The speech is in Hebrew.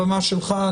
הבמה שלך.